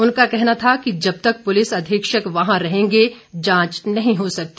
उनका कहना था कि जब तक पुलिस अधीक्षक वहां रहेंगे जांच नहीं हो सकती